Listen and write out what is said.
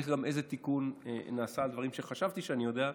ואני גם אגיד לך איזה תיקון נעשה על דברים שחשבתי שאני יודע.